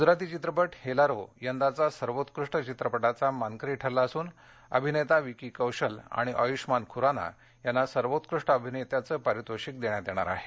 ग्रजराती चित्रपट हेलारो यंदाचा सर्वोत्कृष्ट चित्रपटाचा मानकरी ठरला असून अभिनेता विकी कौशल आणि आयुषमान खुराना यांना सर्वोत्कृष्ट अभिनेत्याचे पारितोषिक देण्यात येणार आहे